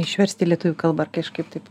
išverst į lietuvių kalbą ar kažkaip taip